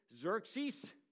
Xerxes